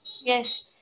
Yes